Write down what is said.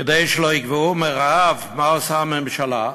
כדי שלא יגוועו מרעב, מה עושה הממשלה?